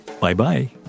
Bye-bye